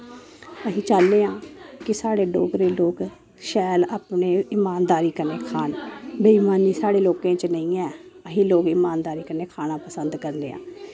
अस चाह्न्ने आं कि साढ़े डोगरे लोग शैल अपने इमानदारी कन्नै खान बेईमानी साढ़े लोकें च नेंई ऐ अस लोग इमानदारी कन्नै खाना पसंद करने आं